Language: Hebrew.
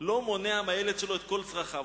לא מונע מהילד שלו את כל צרכיו.